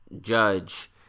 judge